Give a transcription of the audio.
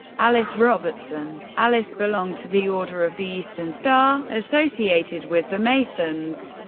alice robertson. alice belonged to the order of the eastern star, associated with the masons.